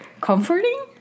Comforting